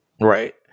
Right